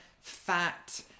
Fat